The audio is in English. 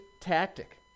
tactic